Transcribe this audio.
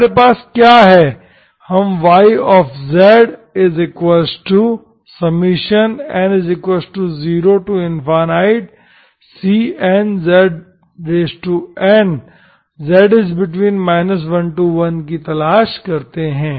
हमारे पास क्या है हम yzn0cnzn 1z1 की तलाश करते हैं